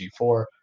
G4